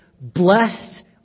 blessed